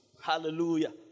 Hallelujah